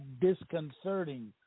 disconcerting